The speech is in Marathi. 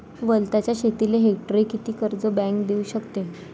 वलताच्या शेतीले हेक्टरी किती कर्ज बँक देऊ शकते?